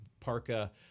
parka